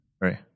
right